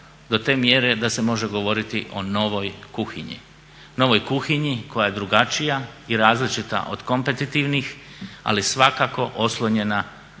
do te mjere da se može govoriti o novoj kuhinji. Novoj kuhinji koja je drugačija i različita od kompetitivnih ali svakako oslonjena